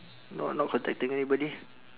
not not contacting anybody